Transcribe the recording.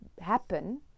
happen